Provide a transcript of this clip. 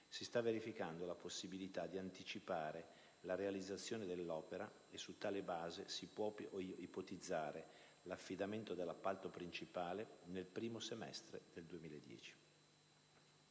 si sta verificando la possibilità di anticipare la realizzazione dell'opera; su tale base si può ipotizzare l'affidamento dell'appalto principale nel primo semestre del 2010.